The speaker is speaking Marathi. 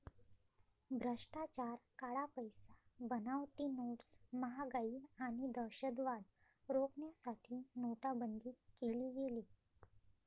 भ्रष्टाचार, काळा पैसा, बनावटी नोट्स, महागाई आणि दहशतवाद रोखण्यासाठी नोटाबंदी केली गेली